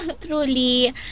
Truly